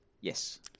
Yes